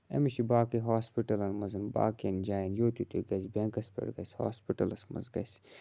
أمِس چھِ باقی ہاسپِٹَلَن مَنٛز باقٮَ۪ن جایَن یوت یہِ توٚت گَژھہِ بیٚنکَس پٮ۪ٹھ گَژھہِ ہاسپِٹَلَس مَنٛز گَژھہِ